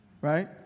right